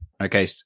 Okay